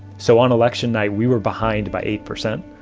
so on election night, we were behind by eight percent,